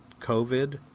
COVID